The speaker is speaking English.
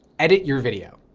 edit your video.